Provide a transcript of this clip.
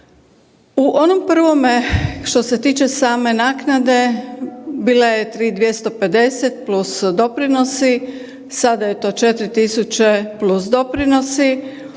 U onom prvome što se tiče same naknade bila je 3.250 plus doprinosi, sada je to 4.000 plus doprinosi